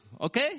okay